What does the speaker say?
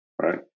right